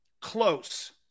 Close